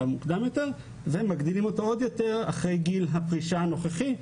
מוקדם יותר ומגדילים אותו עוד יותר אחרי גיל הפרישה הנוכחי,